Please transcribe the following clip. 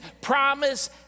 promise